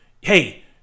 hey